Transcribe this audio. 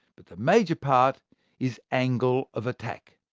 but the major part is angle of attack.